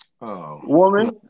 woman